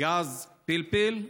גז פלפל,